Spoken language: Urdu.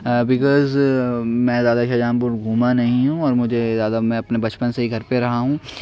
بکوز میں زیادہ شاہ جہان پور گھوما نہیں ہوں اور مجھے زیادہ میں اپنے بچپن سے ہی گھر پہ رہا ہوں